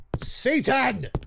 Satan